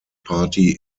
party